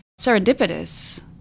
serendipitous